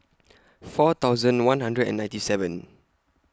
four thousand one hundred and ninety seven